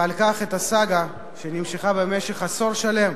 ובכך סיים את הסאגה שנמשכה במשך עשור שלם,